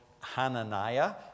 Hananiah